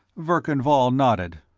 verkan vall nodded.